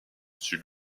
sut